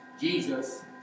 Jesus